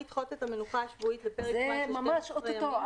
זה ממש או-טו-טו.